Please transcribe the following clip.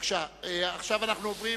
עוברים